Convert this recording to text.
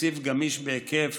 תקציב גמיש בהיקף